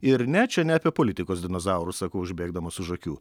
ir ne čia ne apie politikos dinozaurus sakau užbėgdamas už akių